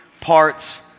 parts